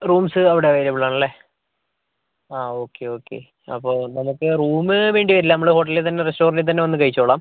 rooms അവിടെ available ആണല്ലേ ആ ഓക്കെ ഓക്കെ അപ്പം നമുക്ക് റൂമ് വേണ്ടി വരില്ല നമ്മൾ ഹോട്ടലിൽ തന്നെ റസ്റ്റോറൻറ്റിൽ തന്നെ വന്ന് കഴിച്ചോളാം